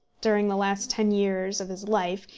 during the last ten years of his life,